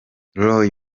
roy